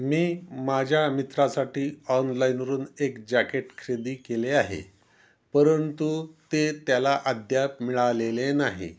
मी माझ्या मित्रासाठी ऑनलाईनवरून एक जॅकेट खरेदी केले आहे परंतु ते त्याला अद्याप मिळालेले नाही